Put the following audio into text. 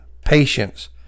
patience